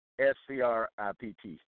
S-C-R-I-P-T